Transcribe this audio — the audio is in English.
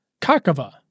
Kakava